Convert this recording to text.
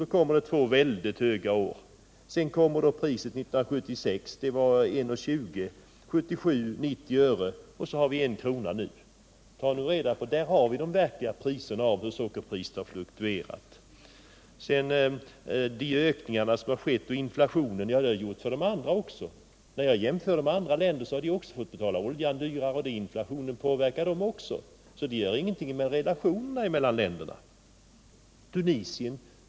Sedan kom två år med väldigt höga priser, och därefter var priset 1976 1:20 kr. 1977 var det 90 öre, och nu ligger det på 1 kr. Detta var de verkliga priserna, och de visar hur sockerpriset har fluktuerat. Mats Hellström talade också om de prisökningar som skett på grund av inflationen. Men prisökningarna har ju också drabbat andra länder. De har också fått betala högre priser för oljan — inflationen har påverkat även dem. Men det har ju ingenting att göra med relationerna mellan länderna. Ta t.ex. Tunisien!